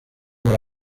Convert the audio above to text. what